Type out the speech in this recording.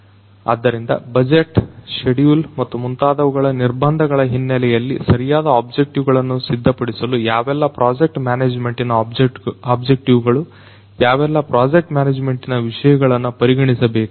ಆದ್ದರಿಂದ budget schedule ಮತ್ತು ಮುಂತಾದವುಗಳ ನಿರ್ಬಂಧಗಳ ಹಿನ್ನಲೆಯಲ್ಲಿ ಸರಿಯಾದ ಆಬ್ಜೆಕ್ಟಿವ್ ಗಳನ್ನ ಸಿದ್ಧಪಡಿಸಲು ಯಾವೆಲ್ಲ ಪ್ರಾಜೆಕ್ಟ್ ಮ್ಯಾನೇಜ್ಮೆಂಟಿನ ಆಬ್ಜೆಕ್ಟಿವ್ಗಳು ಯಾವೆಲ್ಲ ಪ್ರಾಜೆಕ್ಟ್ ಮ್ಯಾನೇಜ್ಮೆಂಟಿನ ವಿಷಯಗಳನ್ನ ಪರಿಗಣಿಸಬೇಕು